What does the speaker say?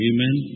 Amen